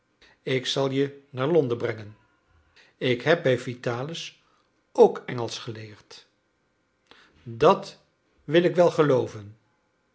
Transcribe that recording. ik zal je naar londen brengen ik heb bij vitalis ook engelsch geleerd dat wil ik wel gelooven